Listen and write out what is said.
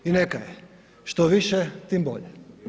I neka je, što više, tim bolje.